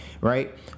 Right